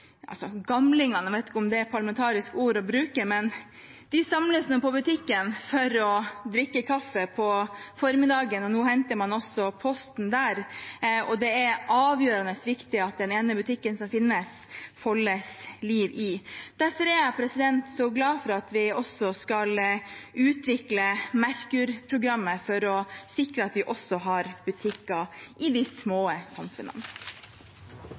vet ikke om det er et parlamentarisk ord å bruke – samles. De samles på butikken for å drikke kaffe på formiddagen, og nå henter man også posten der. Det er avgjørende viktig at det holdes liv i den ene butikken som finnes. Derfor er jeg så glad for at vi også skal utvikle Merkur-programmet for å sikre at vi har butikker i de små samfunnene.